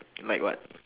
like what